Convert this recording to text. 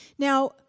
Now